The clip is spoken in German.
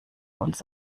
uns